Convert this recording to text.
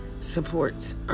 supports